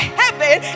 heaven